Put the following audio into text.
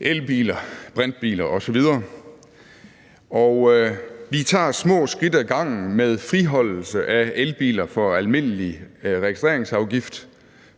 elbiler, brintbiler osv., og vi tager små skridt ad gangen med friholdelse af elbiler for almindelig registreringsafgift,